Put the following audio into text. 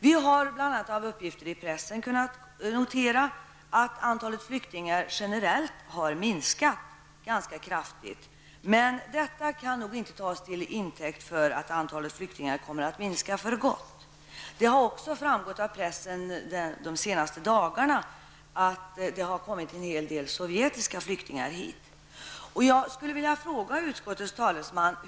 Vi har bl.a. mot bakgrund av uppgifter i pressen kunnat notera att antalet flyktingar generellt har minskat ganska kraftigt. Detta kan nog inte tas till intäkt för att antalet flyktingar kommer att minska för gott. Det har också framgått av pressen de senaste dagarna att en hel del sovjetiska flyktingar har kommit hit. Därför skulle jag vilja ställa följande fråga till utskottets talesman.